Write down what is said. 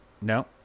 No